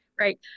Right